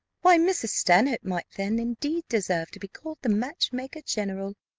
why, mrs. stanhope might then, indeed, deserve to be called the match-maker general.